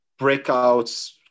breakouts